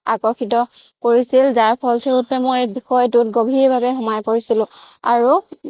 আকৰ্ষিত কৰিছিল যাৰ ফলস্বৰূপে মই এই বিষয়টো গভীৰভাৱে সোমাই পৰিছিলোঁ আৰু